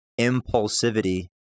impulsivity